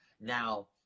Now